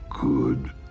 good